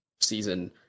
season